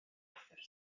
ewythr